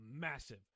massive